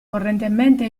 correntemente